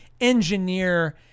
engineer